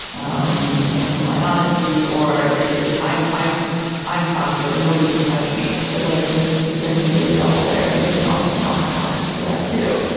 um they can't handle my honesty or they just i'm i'm i'm toxic and nobody can touch me. it's like there's there can be a double there and they can also know how toxic they are too.